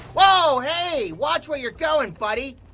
whoa! hey! watch where you're goin', buddy!